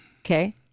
Okay